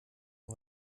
nur